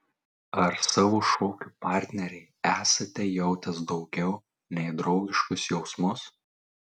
ar savo šokių partnerei esate jautęs daugiau nei draugiškus jausmus